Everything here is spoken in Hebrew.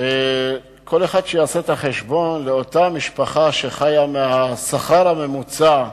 כל אחד שיעשה את החשבון לאותה משפחה שחיה מהשכר הממוצע,